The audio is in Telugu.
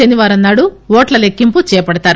శనివారం నాడు ఓట్ల లెక్కింపు చేపడతారు